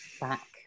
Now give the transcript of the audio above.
back